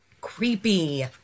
Creepy